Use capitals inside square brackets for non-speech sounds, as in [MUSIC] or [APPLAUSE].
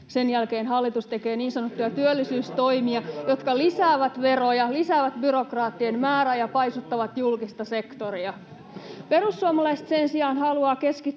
Sen jälkeen hallitus tekee niin sanottuja työllisyystoimia, [NOISE] jotka lisäävät veroja, lisäävät byrokraattien määrää ja paisuttavat julkista sektoria. Perussuomalaiset sen sijaan haluavat keskittyä